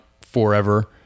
forever